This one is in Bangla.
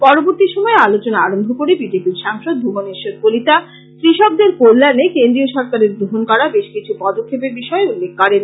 পরবর্তী সময়ে আলোচনা আরম্ভ করে বিজেপির সাংসদ ভুবনেশ্বর কলিতা কৃষকদের কল্যাণে কেন্দ্রীয় সরকারের গ্রহণ করা বেশকিছু পদক্ষেপের বিষয়ে উল্লেখ করেন